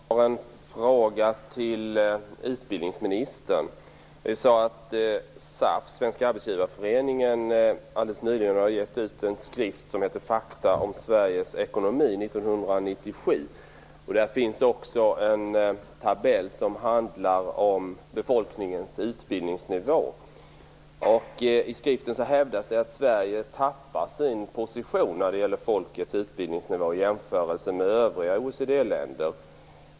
Herr talman! Jag har en fråga till utbildningsministern. SAF har alldeles nyligen gett ut en skrift som heter Fakta om Sveriges ekonomi 1997. Där finns en tabell som handlar om befolkningens utbildningsnivå. I skriften hävdas att Sverige tappar sin position när det gäller folkets utbildningsnivå i jämförelse med övriga OECD-länder.